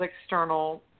external